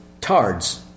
tards